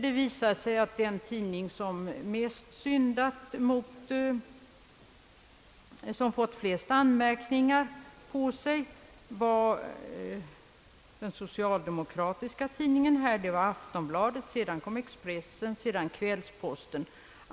Undersökningen visade att den tidning som fått de flesta anmärkningarna på sig var den socialdemokratiska tidningen Aftonbladet. Sedan kom Expressen och därefter Kvällsposten.